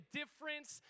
difference